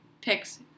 picks